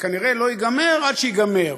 וכנראה לא ייגמר עד שייגמר,